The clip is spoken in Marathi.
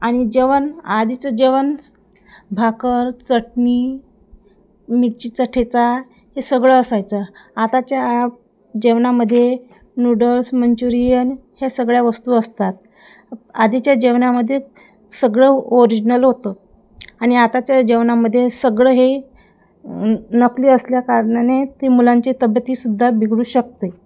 आणि जेवण आधीचं जेवण स भाकर चटणी मिरचीचा ठेचा हे सगळं असायचं आताच्या जेवणामध्ये नूडल्स मंचुरियन ह्या सगळ्या वस्तू असतात आधीच्या जेवणामध्ये सगळं ओरिजिनल होतं आणि आताच्या जेवणामध्ये सगळं हे नकली असल्याकारणाने ती मुलांची तब्येतीसुद्धा बिघडू शकते